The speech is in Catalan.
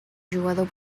jugador